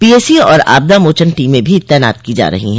PAC और आपदा मोचन टीम भी तैनात की जा रही है